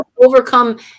overcome